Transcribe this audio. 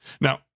Now